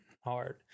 Hard